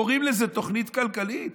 קוראים לזה תוכנית כלכלית?